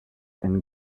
and